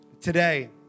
today